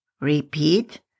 repeat